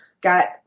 got